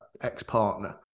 ex-partner